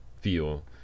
feel